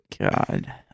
God